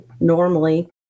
normally